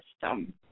system